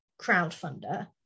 crowdfunder